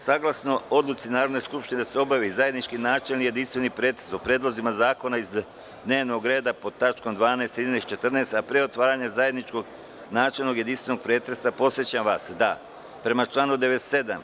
Saglasno odluci Narodne skupštine da se obavi zajednički načelni jedinstveni pretres o predlozima zakona iz dnevnog reda pod tačkama 12, 13. i 14, a pre otvaranja zajedničkog načelnog jedinstvenog pretresa, podsećam vas da, prema članu 97.